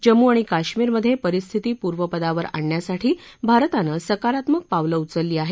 जम्मू आणि काश्मीरमध्ये परिस्थिती पूर्वपदावर आणण्यासाठी भारतानं सकारात्मक पावलं उचलली आहेत